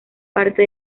parte